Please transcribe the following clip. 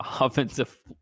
Offensive